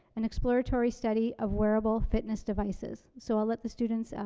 an exploratory study of wearable fitness devices. so i'll let the students, ah,